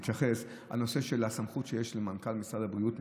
הנושא של הסמכות שיש למנכ"ל משרד הבריאות,